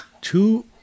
two